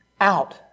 out